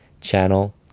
channel